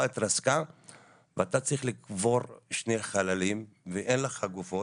התרסקה ואתה צריך לקבור שני חללים ואין לך גופות.